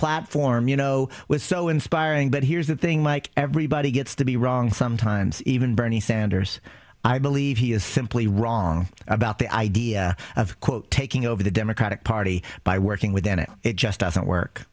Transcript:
platform you know was so inspiring but here's the thing like everybody gets to be wrong sometimes even bernie sanders i believe he is simply wrong about the idea of quote taking over the democratic party by working within it it just doesn't work